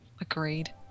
Agreed